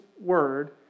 word